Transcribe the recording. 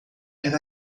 era